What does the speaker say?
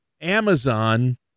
Amazon